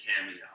cameo